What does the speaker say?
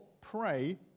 pray